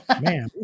Man